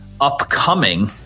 upcoming